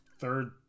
third